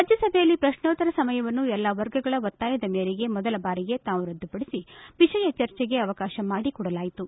ರಾಜ್ಯಸಭೆಯಲ್ಲಿ ಪ್ರಕ್ಶೋತ್ತರ ಸಮಯವನ್ನು ಎಲ್ಲ ವರ್ಗಗಳ ಒತ್ತಾಯದ ಮೇರೆಗೆ ಮೊದಲ ಬಾರಿಗೆ ತಾವು ರದ್ದುಪಡಿಸಿ ವಿಷಯ ಚರ್ಚೆಗೆ ಅವಕಾಶ ಮಾಡಿಕೊಡಲಾಯಿತು